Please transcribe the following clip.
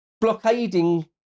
blockading